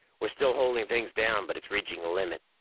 we're still holding things down, but it's reaching a limit.